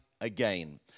again